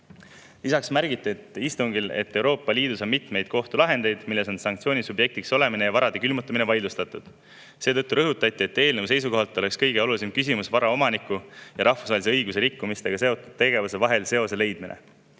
Lisaks märgiti istungil, et Euroopa Liidus on mitmeid kohtulahendeid, milles on sanktsiooni subjektiks olemine ja varade külmutamine vaidlustatud. Seetõttu rõhutati, et eelnõu seisukohalt on kõige olulisem küsimus vara omaniku ja rahvusvahelise õiguse rikkumisega seotud tegevuse vahel seose leidmine.